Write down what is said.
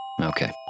Okay